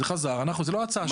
זה חזר, זו לא הצעה ממשלתית.